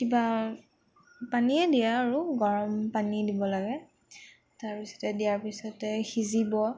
কিবা পানীয়ে দিয়ে আৰু গৰম পানী দিব লাগে তাৰ পিছতে দিয়াৰ পিছতে সিজিব